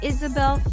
Isabel